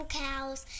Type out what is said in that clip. cows